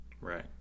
Right